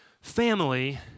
family